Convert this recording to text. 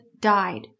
died